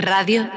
Radio